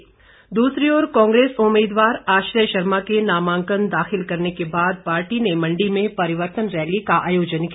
rally दूसरी ओर कांग्रेस उम्मीदवार आश्रय शर्मा के नामांकन दाखिल करने के बाद पार्टी ने मंडी में परिवर्तन रैली का आयोजन किया